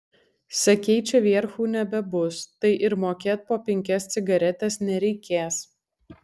sakei čia vierchų nebebus tai ir mokėt po penkias cigaretes nereikės